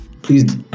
Please